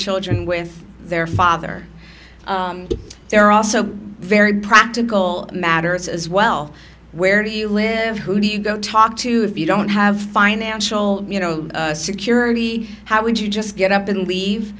children with their father they're also very practical matters as well where do you live who do you go talk to if you don't have financial security how would you just get up and leave